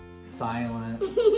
silence